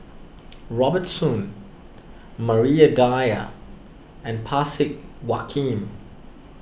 Robert Soon Maria Dyer and Parsick